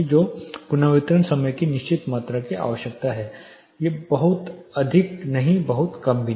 तो पुनर्वितरण समय की निश्चित मात्रा की आवश्यकता है बहुत अधिक नहीं बहुत कम नहीं